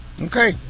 Okay